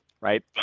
right